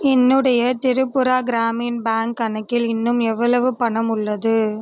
என்னுடைய திரிபுரா கிராமின் பேங்க் கணக்கில் இன்னும் எவ்வளவு பணம் உள்ளது